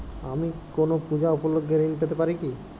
আমি কোনো পূজা উপলক্ষ্যে ঋন পেতে পারি কি?